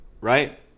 Right